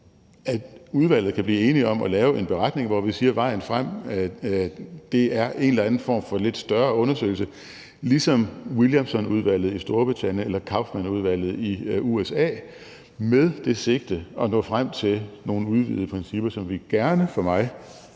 at udvalget kan blive enige om at lave en beretning, hvor vi siger, at vejen frem er en eller anden form for lidt større undersøgelse, i stil med Williamsonudvalget i Storbritannien eller Kaufmannudvalget i USA, med det sigte at nå frem til nogle udvidede principper, som vi, gerne for mig,